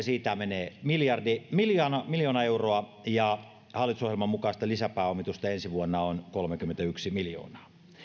siitä menee miljoona miljoona euroa ja hallitusohjelman mukaista lisäpääomitusta ensi vuonna on kolmekymmentäyksi miljoonaa